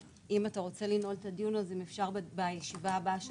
אם אתה רוצה לנועל את הדיון אז אם אפשר בישיבה הבאה.